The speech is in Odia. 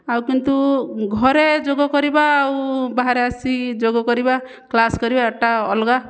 ଆଉ କିନ୍ତୁ ଘରେ ଯୋଗକରିବା ଆଉ ବାହାରେ ଆସି ଯୋଗକରିବା କ୍ଲାସ୍ କରିବା ଏଇଟା ଅଲଗା